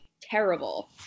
terrible